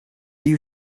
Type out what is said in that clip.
you